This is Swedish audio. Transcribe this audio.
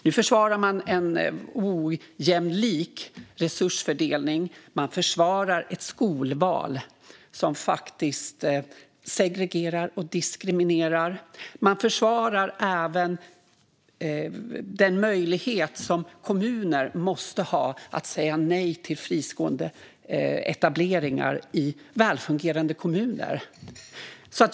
Nu försvarar man en ojämlik resursfördelning, och man försvarar ett skolval som faktiskt segregerar och diskriminerar. Man försvarar även den möjlighet som kommuner måste ha att säga nej till fristående etableringar i välfungerande kommuner.